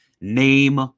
Name